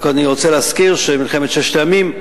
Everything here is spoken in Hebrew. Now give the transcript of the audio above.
אני רק רוצה להזכיר שבמלחמת ששת הימים,